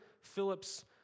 Philip's